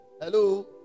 Hello